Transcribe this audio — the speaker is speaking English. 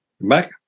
back